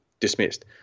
Dismissed